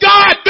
God